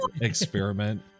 experiment